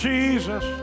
Jesus